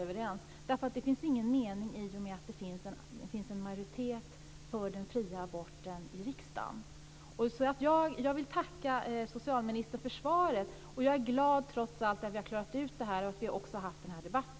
Det är ingen mening med det, eftersom det finns en majoritet för den fria aborten i riksdagen. Jag vill tacka socialministern för svaret. Jag är trots allt glad över att vi har klarat ut detta och att vi har haft denna debatt.